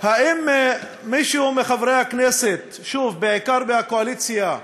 האם מישהו מחברי הכנסת, שוב, בעיקר מהקואליציה,